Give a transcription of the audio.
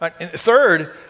Third